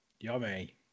Yummy